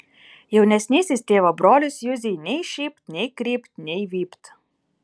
jaunesnysis tėvo brolis juzei nei šypt nei krypt nei vypt